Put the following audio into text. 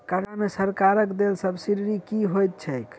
कर्जा मे सरकारक देल सब्सिडी की होइत छैक?